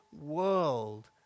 world